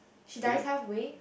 she dies halfway